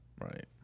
Right